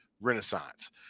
Renaissance